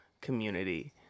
community